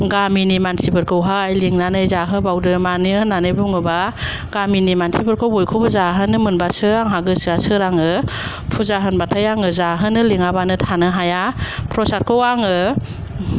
गामिनि मानसिफोरखौ लिंनानै जाहोबावदो मानो होननानै बुङोबा गामिनि मानसिफोरखौ बयखौबो जाहोनो मोनबासो आंहा गोसोआ सोराङो फुजा होनबाथाय आङो जाहोनो लिङाबानो थानो हाया प्रसादखौ आङो